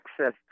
access